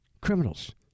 criminals